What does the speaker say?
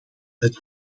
het